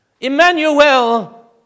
Emmanuel